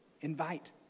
invite